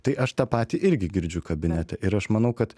tai aš tą patį irgi girdžiu kabinete ir aš manau kad